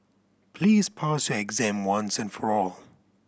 please pass your exam once and for all